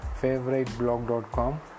favoriteblog.com